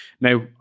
Now